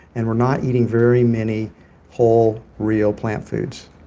and we're not eating very many whole real plant foods.